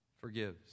forgives